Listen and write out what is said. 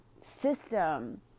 system